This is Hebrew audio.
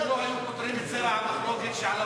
אם לא היו פותרים את סלע המחלוקת שעליו